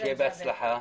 שיהיה בהצלחה.